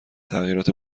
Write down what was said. تغییرات